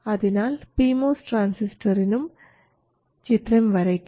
അതിനാൽ PMOS ട്രാൻസിസ്റ്ററിനും ചിത്രം വരയ്ക്കാം